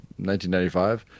1995